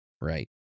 right